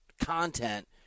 content